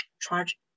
Charge